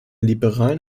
liberalen